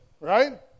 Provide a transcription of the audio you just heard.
right